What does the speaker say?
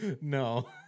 No